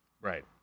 Right